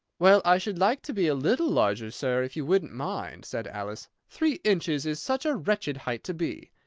well, i should like to be a little larger, sir, if you wouldn't mind, said alice three inches is such a wretched height to be.